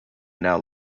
now